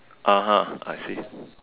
(uh huh) I see